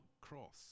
cross